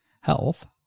health